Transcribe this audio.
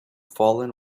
fallen